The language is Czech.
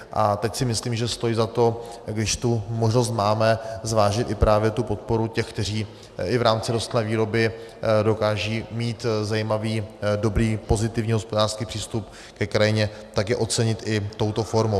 A teď si myslím, že stojí za to, když tu možnost máme, zvážit právě i podporu těch, kteří i v rámci rostlinné výroby dokážou mít zajímavý dobrý pozitivní hospodářský přístup ke krajině, tak je ocenit i touto formou.